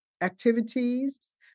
activities